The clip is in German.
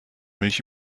milch